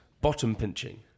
bottom-pinching